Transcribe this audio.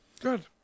Good